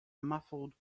muffled